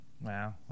Wow